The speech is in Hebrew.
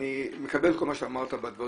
אני מקבל כל מה שאמרת בדברים,